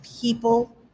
people